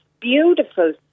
beautiful